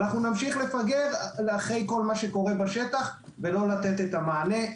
אנחנו נמשיך לפגר אחרי כל מה שקורה בשטח ולא לתת את המענה.